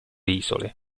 isole